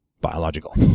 biological